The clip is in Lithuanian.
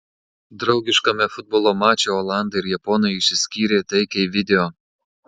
draugiškame futbolo mače olandai ir japonai išsiskyrė taikiai video